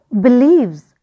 believes